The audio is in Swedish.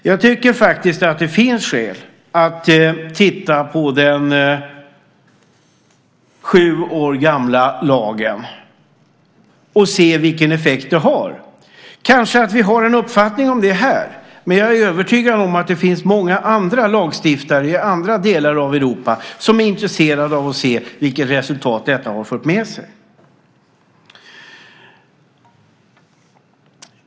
Jag tycker att det finns skäl att titta på denna sju år gamla lag och se vilken effekt den har. Kanske har vi här en uppfattning om det, men jag är övertygad om att det finns många andra lagstiftare i andra delar av Europa som är intresserade av att se vilka resultat detta har fört med sig.